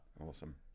Awesome